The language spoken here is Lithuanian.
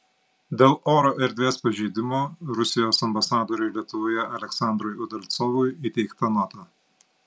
dėl oro erdvės pažeidimo rusijos ambasadoriui lietuvoje aleksandrui udalcovui įteikta nota